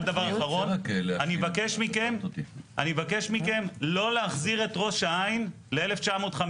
אני מבקש מכם לא להחזיר את ראש העין ל-1950.